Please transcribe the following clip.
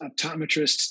optometrists